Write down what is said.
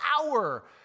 hour